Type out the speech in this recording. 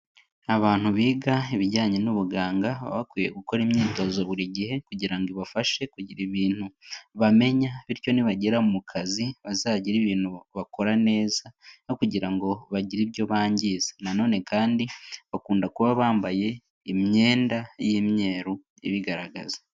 Abantu biga ibijyanye n'ubuganga bakwiye gukora imyitozo buri gihe kugira ngo ibafashe kugira ibintu bamenya bityo nibagera mu kazi bazagire ibintu bakora neza no kugira ngo bagire ibyo bangiza, nanone kandi bakunda kuba bambaye imyenda y'imyeru ibigaragaza.